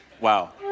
wow